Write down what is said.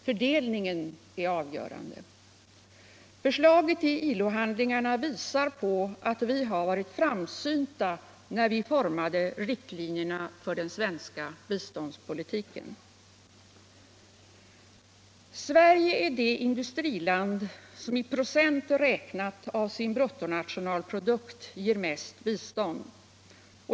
Fördelningen är avgörande. Förslaget i ILO-handlingarna visar att vi var framsynta när vi formade riktlinjerna för den svenska biståndspolitiken. Sverige är det industriland som i procent räknat av sin bruttonationalprodukt ger mest bistånd.